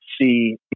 see